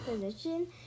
position